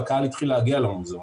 והקהל התחיל להגיע למוזיאונים.